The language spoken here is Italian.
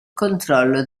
controllo